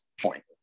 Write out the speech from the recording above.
point